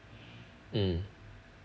mm